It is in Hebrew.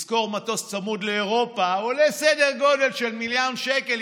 לשכור מטוס צמוד לאירופה עולה סדר גודל של מיליון שקל,